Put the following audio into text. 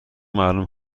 معلوم